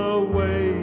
away